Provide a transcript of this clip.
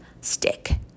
stick